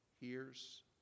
Hears